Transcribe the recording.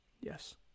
Yes